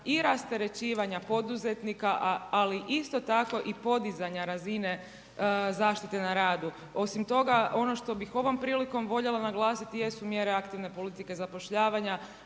i rasterećivanja poduzetnika, ali isto tako i podizanja razine zaštite na radu. Osim toga ono što bih ovom prilikom voljela naglasiti jesu mjere aktivne politike zapošljavanja